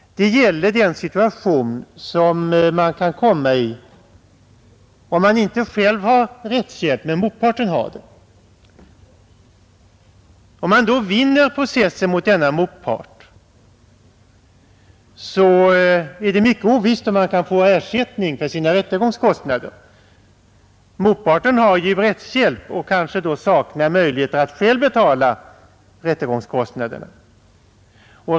Det gäller den situation som man kan komma i om man inte själv har rättshjälp men motparten har det. Vinner man processen mot denna motpart är det mycket ovisst om man kan få ersättning för sina rättegångskostnader. Motparten har ju rättshjälp och saknar kanske då möjlighet att själv betala rättegångskostnaderna.